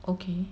okay